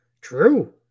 True